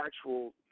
actual –